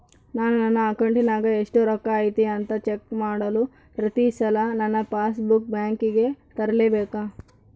ನಾನು ನನ್ನ ಅಕೌಂಟಿನಾಗ ಎಷ್ಟು ರೊಕ್ಕ ಐತಿ ಅಂತಾ ಚೆಕ್ ಮಾಡಲು ಪ್ರತಿ ಸಲ ನನ್ನ ಪಾಸ್ ಬುಕ್ ಬ್ಯಾಂಕಿಗೆ ತರಲೆಬೇಕಾ?